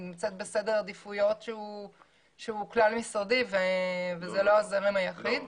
אני נמצאת בסדר עדיפויות שהוא כלל משרדי וזה לא הזרם היחיד.